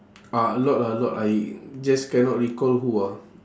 ah a lot a lot I just cannot recall who ah